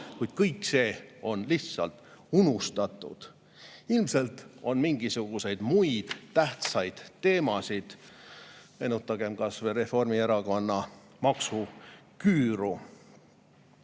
Kuid kõik see on lihtsalt unustatud. Ilmselt on mingisuguseid muid tähtsaid teemasid, meenutagem kas või Reformierakonna maksuküüru. Hinnatõus